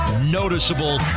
noticeable